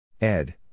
Ed